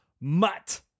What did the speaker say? mutt